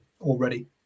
already